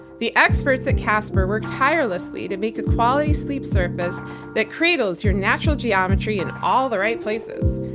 the experts at casper worked tirelessly to make a quality sleep surface that cradles your natural geometry in all the right places.